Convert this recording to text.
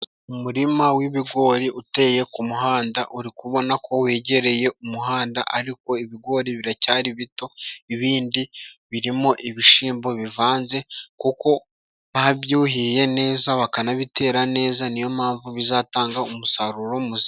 Umurima w'ibigori uteye ku muhanda, uri kubona ko wegereye umuhanda ariko ibigori biracyari bito. ibindi birimo ibishyimbo bivanze kuko babyuhiye neza bakanabitera neza, niyo mpamvu bizatanga umusaruro muzima.